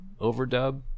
overdub